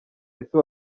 ese